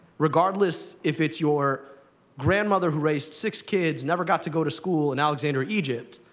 regardless if it's your grandmother who raised six kids, never got to go to school, in alexandria, egypt,